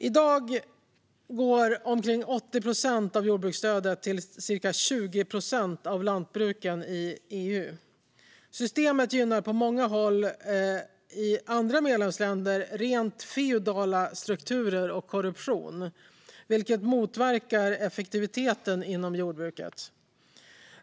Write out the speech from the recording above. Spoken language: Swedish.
I dag går omkring 80 procent av jordbruksstödet till ca 20 procent av lantbruken i EU. Systemet gynnar på många håll i andra medlemsländer rent feodala strukturer och korruption, vilket motverkar effektiviteten inom jordbruket.